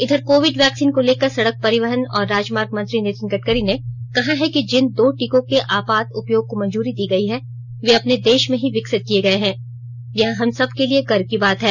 इधर covid vaccine को लेकर सड़क परिवहन और राजमार्ग मंत्री नितिन गडकरी ने कहा है कि जिन दो टीकों के आपात उपयोग को मंजूरी दी गई है वे अपने देश में ही विकसित किए गए हैं यह हम सब के लिए गर्व की बात है